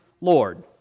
Lord